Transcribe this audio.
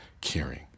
caring